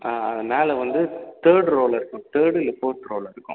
ஆ அது மேலே வந்து தேர்ட் ரோவில இருக்கும் தேர்ட் இல்லை ஃபோர்த் ரோவில இருக்கும்